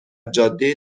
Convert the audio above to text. جاده